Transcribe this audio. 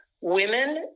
women